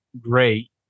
great